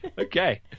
Okay